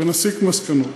ונסיק מסקנות.